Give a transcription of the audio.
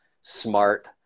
smart